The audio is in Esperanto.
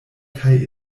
kaj